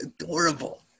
adorable